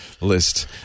list